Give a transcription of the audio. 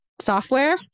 software